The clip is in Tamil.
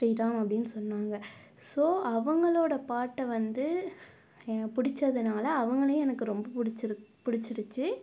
ஸ்ரீராம் அப்படினு சொன்னாங்க ஸோ அவங்களோட பாட்டை வந்து பிடிச்சதுனால அவங்களையும் எனக்கு ரொம்ப பிடிச்சி பிடிச்சிருச்சி